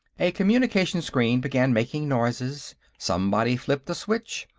a communication-screen began making noises. somebody flipped the switch,